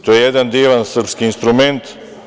To je jedan divan srpski instrument.